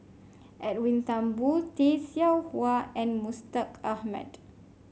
Edwin Thumboo Tay Seow Huah and Mustaq Ahmad